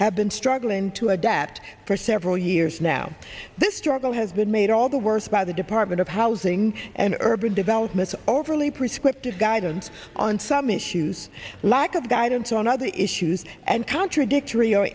have been struggling to adapt for several years now this struggle has been made all the worse by the department of housing and urban development the overly prescriptive guidelines on some issues like of guidance on other issues and contradictory or